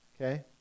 Okay